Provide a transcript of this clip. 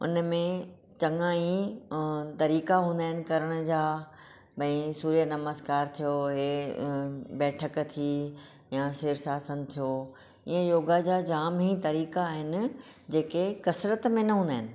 हुनमें चङा ई तरीक़ा हूंदा आहिनि करण जा भई सूर्य नमस्कार थियो हे बैठक थी या शीर्षासन थियो इहो योग हीअं जाम ई तरीक़ा आहिनि जेके कसरत में न हूंदा आहिनि